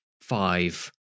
five